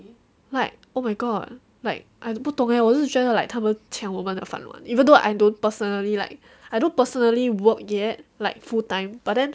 like oh my god like I 不懂 eh 我是觉得他们抢我们的饭碗 one even though I don't personally like I don't personally work yet like full time but then